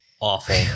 awful